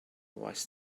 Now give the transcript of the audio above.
was